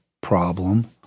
problem